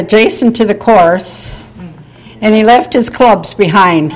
adjacent to the course and he left his clubs behind